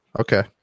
okay